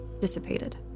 dissipated